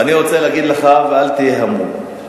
ואני רוצה להגיד לך, ואל תהיה המום.